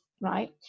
right